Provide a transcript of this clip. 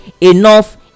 enough